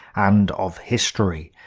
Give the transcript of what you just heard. and of history.